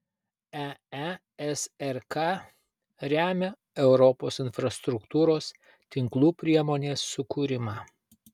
eesrk remia europos infrastruktūros tinklų priemonės sukūrimą